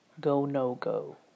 go-no-go